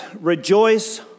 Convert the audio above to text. rejoice